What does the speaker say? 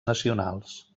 nacionals